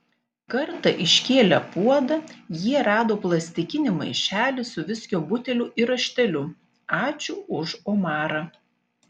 kartą iškėlę puodą jie rado plastikinį maišelį su viskio buteliu ir rašteliu ačiū už omarą